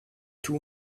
two